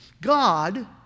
God